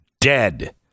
dead